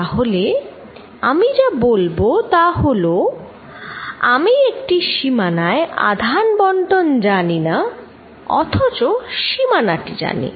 তাহলে আমি যা বলবো তা হলো আমি একটি সীমানায় আধান বন্টন জানি না অথচ সীমানা টি জানি